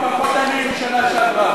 פחות עניים משנה שעברה.